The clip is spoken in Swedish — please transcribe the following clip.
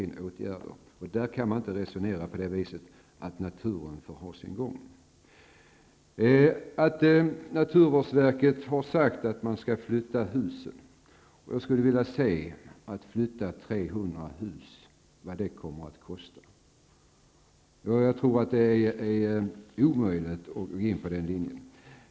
I det sammanhanget kan resonemanget om att naturen får ha sin gång inte accepteras. Naturvårdsverket har sagt att hus skall flyttas. Men jag undrar just vad det skulle kosta att flytta 300 hus. Jag tror att det är omöjligt att följa den linjen.